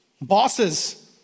Bosses